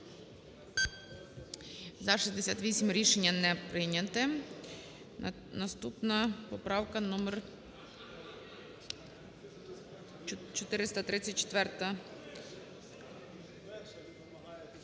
За-44 Рішення не прийнято. Наступна поправка - номер 434.